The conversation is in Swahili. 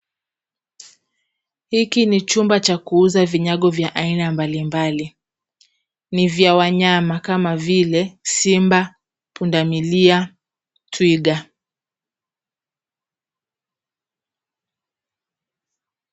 Hiki ni chumba cha kuuza vinyago vya aina mbalimbali. Ni vya wanyama kama vile: simba, pundamilia , twiga.